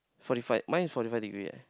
forty five mine is forty five degree eh